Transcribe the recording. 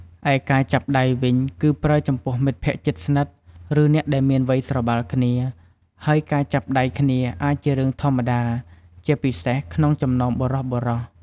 ឯការចាប់ដៃវិញ គឺប្រើចំពោះមិត្តភក្តិជិតស្និទ្ធ ឬអ្នកដែលមានវ័យស្របាលគ្នា ហើយការចាប់ដៃគ្នាអាចជារឿងធម្មតា ជាពិសេសក្នុងចំណោមបុរសៗ។